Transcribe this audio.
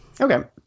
Okay